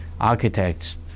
architects